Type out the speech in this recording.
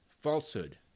falsehood